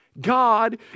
God